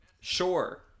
sure